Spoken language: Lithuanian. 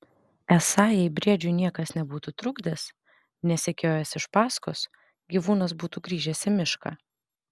esą jei briedžiui niekas nebūtų trukdęs nesekiojęs iš paskos gyvūnas būtų grįžęs į mišką